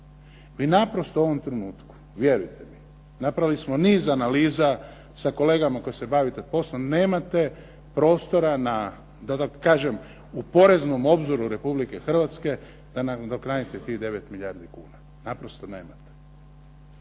Mi naprosto u ovom trenutku, vjerujte mi, napravili smo niz analiza sa kolegama koji se bave tim poslom, nemate prostora da tako kažem u poreznom obzoru Republike Hrvatske da nadoknadite tih 9 milijardi kuna. Naprosto nemate.